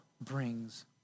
brings